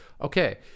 Okay